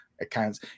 Accounts